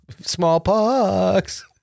Smallpox